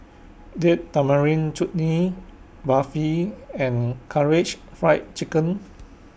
Date Tamarind Chutney Barfi and Karaage Fried Chicken